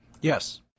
Yes